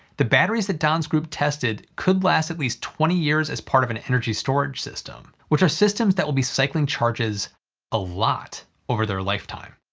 the batteries that dahn's group tested could last at least twenty years as part of an energy storage system, which are systems that will be cycling charges a lot over their lifetime.